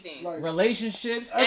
relationships